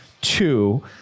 two